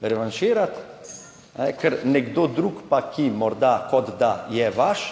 revanširati, ker nekdo drug pa, ki morda, kot da je vaš,